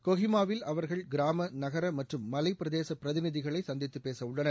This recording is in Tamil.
கோஹிமாவில் அவர்கள் கிராம நகர மற்றும் மலை பிரதேச பிரதிநிதிகளை சந்தித்து பேச உள்ளனர்